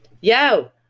Yo